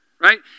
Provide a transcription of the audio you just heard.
right